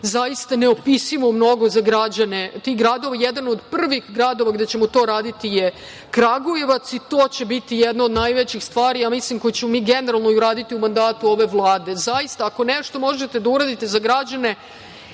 zaista neopisivo mnogo za građane tih gradova. Jedan od prvih gradova gde ćemo to uraditi je Kragujevac i to će biti jedna od najvećih stvari i mislim koju ćemo generalno i uraditi u mandatu ove Vlade. Zaista, ako nešto možete da uradite za građane,